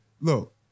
Look